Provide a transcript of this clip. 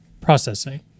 processing